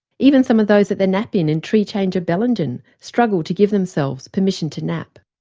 even some of those at the nap-in in tree-changer bellingen struggle to give themselves permission to nap.